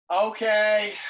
okay